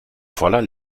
voller